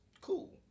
Cool